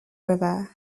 river